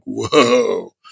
whoa